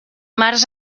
març